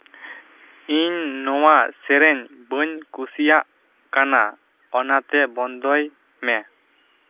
ᱤᱧ ᱱᱚᱣᱟ ᱥᱮᱨᱮᱧ ᱵᱟᱹᱧ ᱠᱩᱥᱤᱭᱟᱜ ᱠᱟᱱᱟ ᱚᱱᱟᱛᱮ ᱵᱚᱱᱫᱚᱭ ᱢᱮ